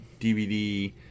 DVD